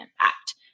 impact